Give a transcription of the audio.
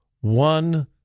one